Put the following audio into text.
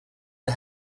are